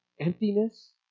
Emptiness